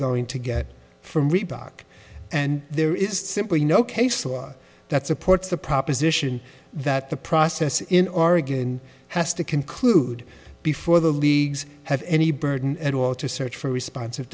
going to get from reebok and there is simply no case law that supports the proposition that the process in oregon has to conclude before the leagues have any burden at all to search for respons